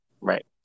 Right